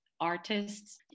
artists